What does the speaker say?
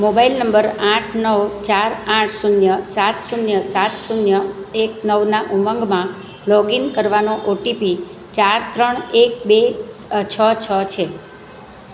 mobile number આઠ નવ ચાર આઠ શૂન્ય સાત શૂન્ય સાત શૂન્ય એક નવના ઉમંગમાં લોગ ઇન કરવાનો ઓટીપી ચાર ત્રણ એક બે છ છ છે